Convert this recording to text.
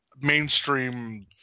mainstream